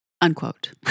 unquote